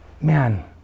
man